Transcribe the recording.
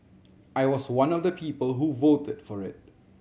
I was one of the people who voted for it